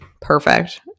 perfect